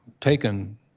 taken